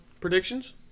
predictions